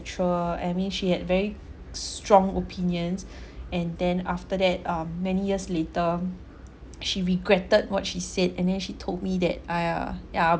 et cetera I mean she had very strong opinions and then after that um many years later she regretted what she said and then she told me that I uh ya I'll